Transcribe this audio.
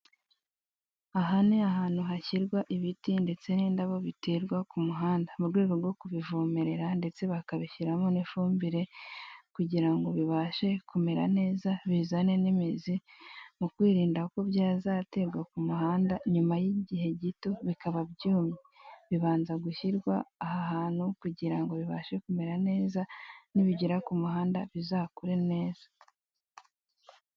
Aha ni ahantu hashyirwa ibiti ndetse n'indabo biterwa ku muhanda, mu rwego rwo kubivomerera ndetse bakabishyiramo n'ifumbire kugira ngo bibashe kumera neza bizane n'imizi, mu kwirinda ko byazaterwa ku muhanda nyuma y'igihe gito bikaba byumye bibanza gushyirwa aha hantu kugira ngo bibashe kumera neza nibigera ku muhanda bizakure neza.